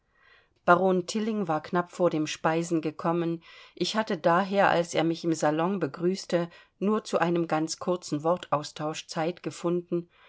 baron tilling war knapp vor dem speisen gekommen ich hatte daher als er mich im salon begrüßte nur zu einem ganz kurzen wortaustausch zeit gefunden